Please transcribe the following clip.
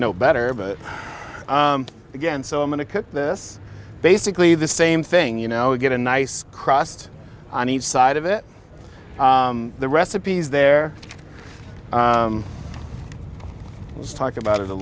know better but again so i'm going to cook this basically the same thing you know you get a nice crust on each side of it the recipes there let's talk about it a